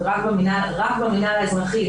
רק במינהל האזרחי,